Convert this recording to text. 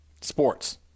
Sports